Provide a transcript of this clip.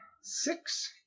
six